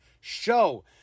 show